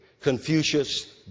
Confucius